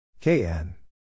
KN